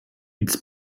its